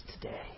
today